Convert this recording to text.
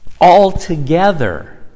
Altogether